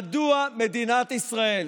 מדוע מדינת ישראל,